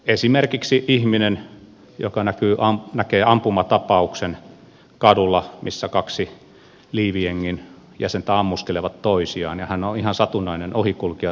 esimerkiksi ihminen joka näkee ampumatapauksen kadulla missä kaksi liivijengin jäsentä ammuskelevat toisiaan ja tämä todistaja on ihan satunnainen ohikulkija